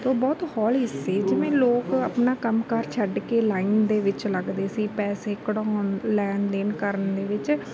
ਤਾਂ ਉਹ ਬਹੁਤ ਹੌਲੀ ਸੀ ਜਿਵੇਂ ਲੋਕ ਆਪਣਾ ਕੰਮ ਕਾਰ ਛੱਡ ਕੇ ਲਾਈਨ ਦੇ ਵਿੱਚ ਲੱਗਦੇ ਸੀ ਪੈਸੇ ਕਢਵਾਉਣ ਲੈਣ ਦੇਣ ਕਰਨ ਦੇ ਵਿੱਚ